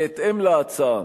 בהתאם להצעה,